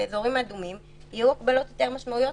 באזורים אדומים יהיו הגבלות יותר משמעותיות,